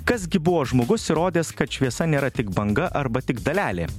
kas gi buvo žmogus įrodęs kad šviesa nėra tik banga arba tik dalelė